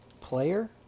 player